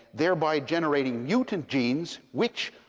thereby generating mutant genes which,